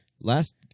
Last